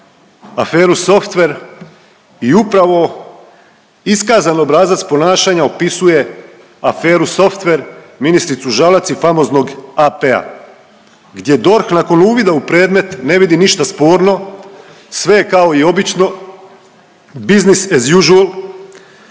aferu Softver i upravo iskazan obrazac ponašanja opisuje aferu Softver, ministricu Žalac i famoznog AP-a, gdje DORH nakon uvida u predmet ne vidi ništa sporno, sve je kao i obično, business as usual,